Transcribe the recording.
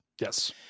Yes